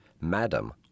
madam